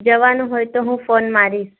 જવાનું હોય તો હું ફોન મારીશ